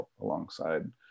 alongside